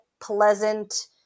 pleasant